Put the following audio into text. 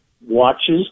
watches